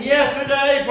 Yesterday